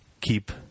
keep